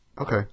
Okay